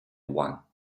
one